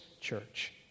church